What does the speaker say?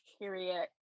period